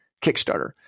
kickstarter